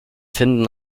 finden